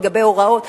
לגבי הוראות,